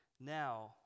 now